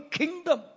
kingdom